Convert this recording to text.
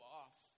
off